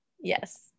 Yes